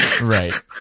Right